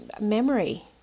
memory